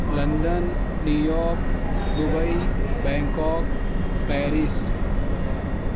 London New York Dubai Bangkok Paris